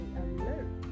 alert